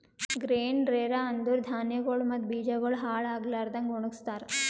grain dryer ಅಂದುರ್ ಧಾನ್ಯಗೊಳ್ ಮತ್ತ ಬೀಜಗೊಳ್ ಹಾಳ್ ಆಗ್ಲಾರದಂಗ್ ಒಣಗಸ್ತಾರ್